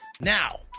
now